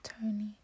Tony